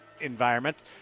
environment